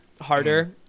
harder